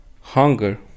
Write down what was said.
hunger